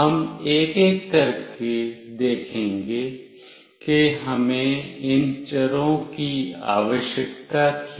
हम एक एक करके देखेंगे कि हमें इन चरों की आवश्यकता क्यों है